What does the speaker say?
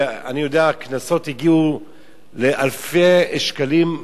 אני יודע, הקנסות הגיעו לאלפי שקלים,